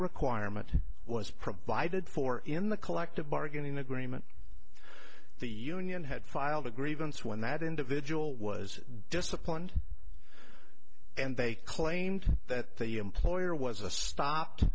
requirement was provided for in the collective bargaining agreement the union had filed a grievance when that individual was disciplined and they claimed that the employer was a stopped